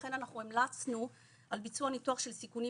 ולכן אנחנו המלצנו על ביצוע ניתוח של סיכונים